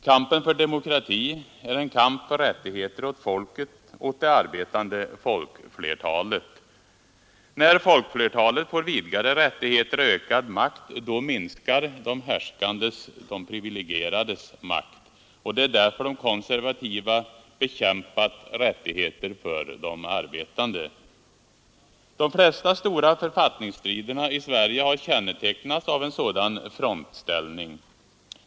Kampen för demokrati är en kamp för rättigheter åt folket, åt det arbetande folkflertalet. När folkflertalet får vidgade rättigheter och ökad makt, då minskar de härskandes, de privilegierades makt. Det är därför de konservativa bekämpat rättigheter för de arbetande. De flesta stora författningsstriderna i Sverige har kännetecknats av en sådan frontställning.